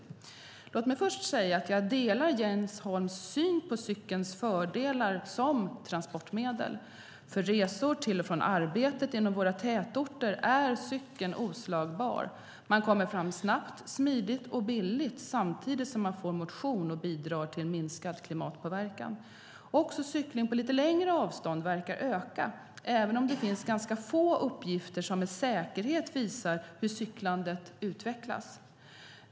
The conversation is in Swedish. Låt mig först säga att jag delar Jens Holms syn på cykelns fördelar som transportmedel. För resor till och från arbetet inom våra tätorter är cykeln oslagbar; man kommer fram snabbt, smidigt och billigt samtidigt som man får motion och bidrar till minskad klimatpåverkan. Också cykling på lite längre avstånd verkar öka, även om det finns ganska få uppgifter som med säkerhet visar hur cyklandet utvecklas.